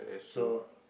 so